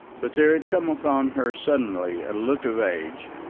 but there had come upon her suddenly a look of age,